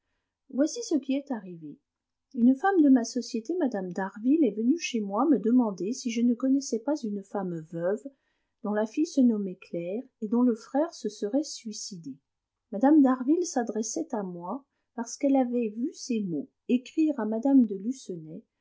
voici ce qui est arrivé une femme de ma société mme d'harville est venue chez moi me demander si je ne connaissais pas une femme veuve dont la fille se nommait claire et dont le frère se serait suicidé mme d'harville s'adressait à moi parce qu'elle avait vu ces mots écrire à mme de